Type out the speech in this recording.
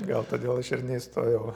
gal todėl aš ir neįstojau